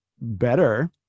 better